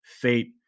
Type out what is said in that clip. fate